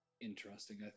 interesting